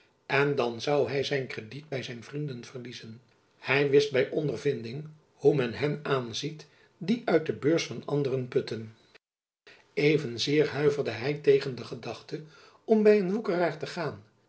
en dan zoû hy zijn krediet by zijn vrienden verliezen hy wist by ondervinding hoe men hen aanziet die uit de beurs van anderen putten evenzeer huiverde hy tegen de gedachte om by een woekeraar te gaan